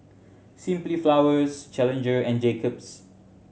Simply Flowers Challenger and Jacob's